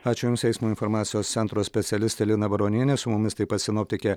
ačiū jums eismo informacijos centro specialistė lina baronienė su mumis taip pat sinoptikė